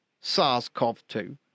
SARS-CoV-2